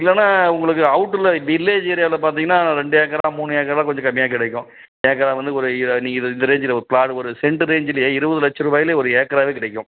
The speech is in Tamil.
இல்லைன்னா உங்களுக்கு அவுட்டரில் வில்லேஜ் ஏரியாவில் பார்த்தீங்கன்னா ரெண்டு ஏக்கராக மூணு ஏக்கராக கொஞ்சம் கம்மியாக கிடைக்கும் ஏக்கராக வந்து ஒரு இர நீங்கள் இதை இந்த ரேஞ்சில் ஒரு ப்ளாட்டு ஒரு செண்ட்டு ரேஞ்சுலே இருபது லட்ச ரூபாயிலே ஒரு ஏக்கராவே கிடைக்கும்